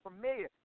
familiar